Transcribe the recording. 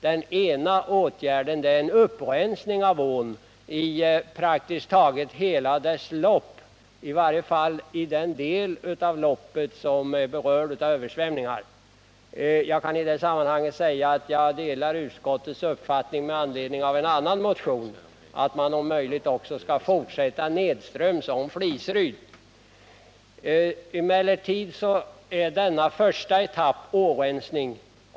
Den ena åtgärden gäller upprensning av ån i praktiskt taget hela dess lopp, i varje fall i den del av loppet som är berörd av översvämningar. Jag kan i det sammanhanget säga att jag ansluter mig till utskottets ställningstagande med anledning av en annan motion, nämligen att man om möjligt skall fortsätta nedströms om Fliseryd. Den första etappen gäller alltså årensning.